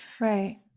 Right